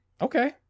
okay